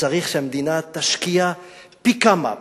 וצריך שהמדינה תשקיע פי כמה,